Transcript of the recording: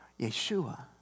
Yeshua